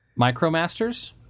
Micromasters